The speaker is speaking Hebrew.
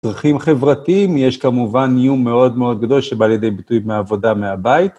צרכים חברתיים, יש כמובן איום מאוד מאוד גדול שבא לידי ביטוי מהעבודה מהבית.